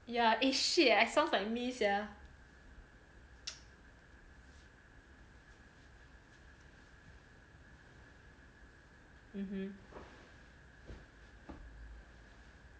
ya eh shit eh sounds like me sia